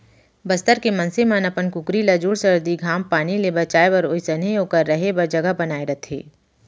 बस्तर के मनसे मन अपन कुकरी ल जूड़ सरदी, घाम पानी ले बचाए बर ओइसनहे ओकर रहें बर जघा बनाए रथें